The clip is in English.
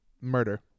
murder